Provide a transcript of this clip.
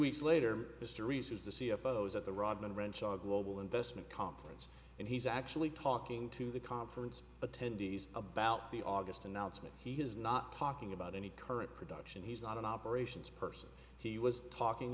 weeks later history says the c f o is at the rodman renshaw global investment conference and he's actually talking to the conference attendees about the august announcement he is not talking about any current production he's not an operations person he was talking